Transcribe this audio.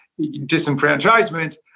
disenfranchisement